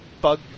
bug